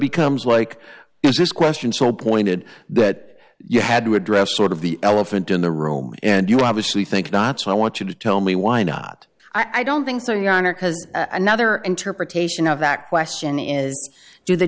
becomes like is this question so pointed that you had to address sort of the elephant in the room and you obviously think not so i want you to tell me why not i don't think so your honor because another interpretation of that question is do the